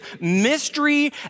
mystery